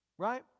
Right